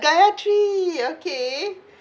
gaithry okay